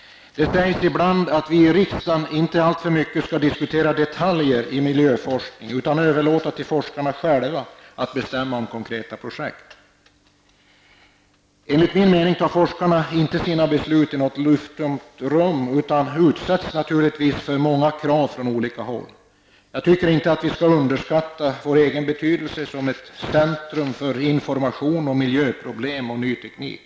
Det sägs ibland att vi i riksdagen inte alltför mycket skall diskutera detaljer i miljöforskningen, utan överlåta till forskarna själva att bestämma om konkreta projekt. Enligt min mening tar forskarna inte sina beslut i något lufttomt rum utan utsätts för många krav från olika håll. Jag tycker inte att vi skall underskatta vår egen betydelse som ett centrum för information om miljöproblem och ny teknik.